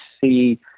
see